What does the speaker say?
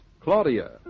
Claudia